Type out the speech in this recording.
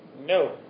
no